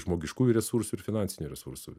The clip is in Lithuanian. žmogiškųjų resursų ir finansinių resursų